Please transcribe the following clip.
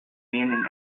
meaning